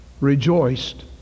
rejoiced